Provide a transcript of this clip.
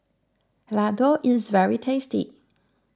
Ladoo is very tasty